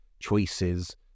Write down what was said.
choices